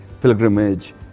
pilgrimage